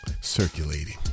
circulating